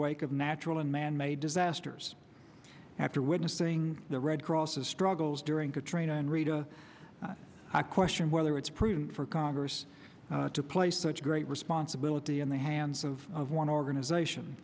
wake of natural and manmade disasters after witnessing the red cross is struggles during katrina and rita i question whether it's prudent for congress to place such great responsibility in the hands of of one organization